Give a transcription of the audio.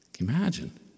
Imagine